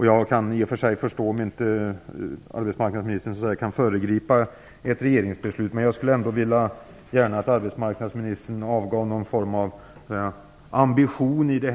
Jag kan i och för sig förstå att arbetsmarknadsministern inte kan föregripa ett regeringsbeslut, men jag skulle ändå vilja att arbetsmarknadsministern deklarerade någon form av ambition i ärendet.